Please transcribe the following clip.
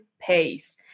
pace